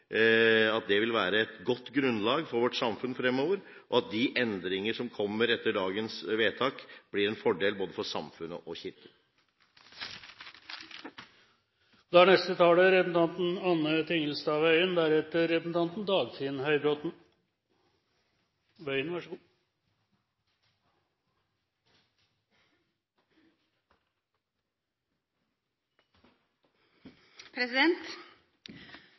vil være et godt grunnlag for vårt samfunn fremover, og at de endringer som kommer etter dagens vedtak, blir en fordel for både samfunnet og Kirken. Kirkeordninga vår har røtter langt tilbake i tida og er